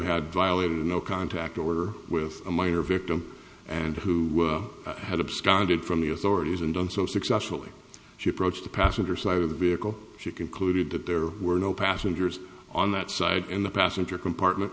had violated a no contact order with a minor victim and who had absconded from the authorities and done so successfully she approached the passenger side of the vehicle she concluded that there were no passengers on that side in the passenger compartment